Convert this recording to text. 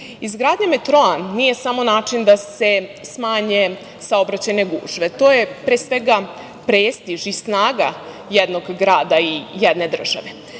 grada. Izgradnja metroa nije samo način da se smanje saobraćajne gužve, to je, pre svega, prestiž i snaga jednog grada i jedne države.